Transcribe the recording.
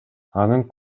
анын